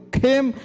came